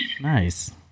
Nice